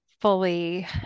fully